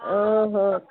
ଓହୋ